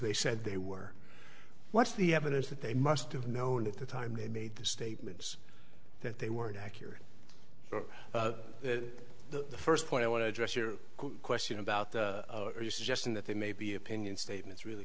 they said they were what's the evidence that they must have known at the time they made the statements that they weren't accurate the first point i want to address your question about are you suggesting that they may be opinion statements really